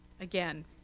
again